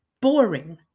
boring